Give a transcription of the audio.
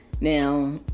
now